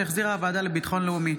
שהחזירה הוועדה לביטחון לאומי.